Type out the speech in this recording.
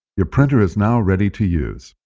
your printer is now ready to use.